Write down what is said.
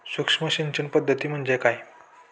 सूक्ष्म सिंचन पद्धती म्हणजे काय?